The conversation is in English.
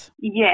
Yes